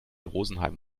rosenheim